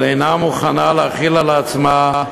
אבל אינה מוכנה להחיל על עצמה,